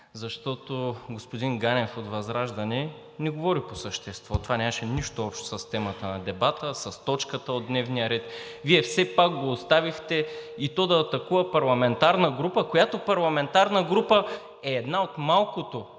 защото господин Ганев от ВЪЗРАЖДАНЕ не говори по същество. Това нямаше нищо общо с темата на дебата, с точката от дневния ред. Вие все пак го оставихте, и то да атакува парламентарна група, която парламентарна група е една от малкото